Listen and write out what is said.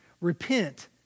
Repent